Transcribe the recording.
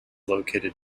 located